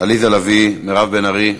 עליזה לביא, מירב בן ארי,